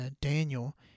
Daniel